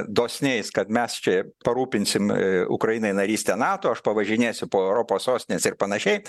dosniais kad mes čia parūpinsim ukrainai narystę nato aš pavažinėsiu po europos sostines ir panašiai